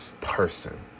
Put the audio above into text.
person